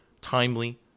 timely